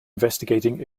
investigating